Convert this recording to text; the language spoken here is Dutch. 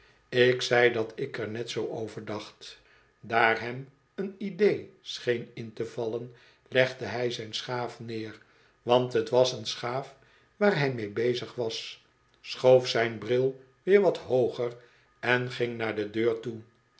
ik zei dat ik er net zoo over dacht daar hem een idee scheen in te vallen legde hij zijn schaaf neer want t was een schaaf waar hy mee bezig was schoof zijn bril weer wat hooger en ging naar de deur toe